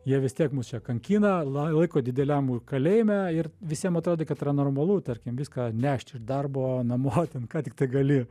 jie vis tiek mus čia kankina la laiko dideliam kalėjime ir visiem atrodė kad yra normalu tarkim viską nešt iš darbo namo ten ką tiktai gali